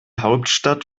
hauptstadt